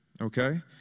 okay